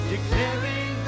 Declaring